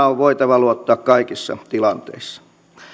on voitava luottaa kaikissa tilanteissa